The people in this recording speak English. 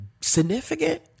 significant